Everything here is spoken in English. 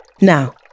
Now